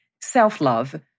self-love